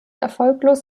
erfolglos